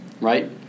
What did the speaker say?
right